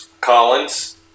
Collins